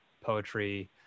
poetry